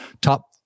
top